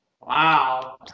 Wow